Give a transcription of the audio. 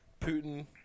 putin